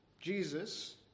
Jesus